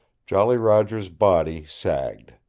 jolly roger's body sagged.